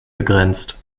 begrenzt